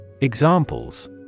Examples